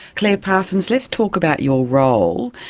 clare parsons, let's talk about your role.